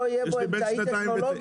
לא יהיה בו אמצעי טכנולוגי?